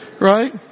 Right